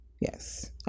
Yes